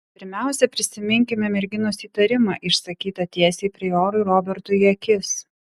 pirmiausia prisiminkime merginos įtarimą išsakytą tiesiai priorui robertui į akis